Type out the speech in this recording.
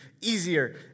Easier